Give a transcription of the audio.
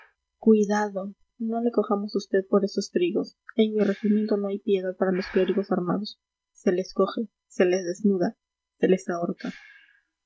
cuidado no le cojamos a vd por esos trigos en mi regimiento no hay piedad para los clérigos armados se les coge se les desnuda se les ahorca